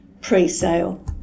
pre-sale